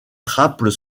trappes